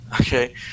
Okay